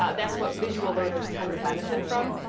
ah that's what visual learners tend to benefit from.